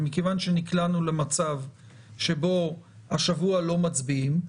ומכיוון שנקלענו למצב שבו השבוע לא מצביעים,